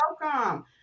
welcome